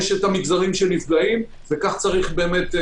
יש את המגזרים שנפגעים, וכך צריך באמת.